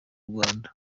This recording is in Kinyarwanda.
rwanda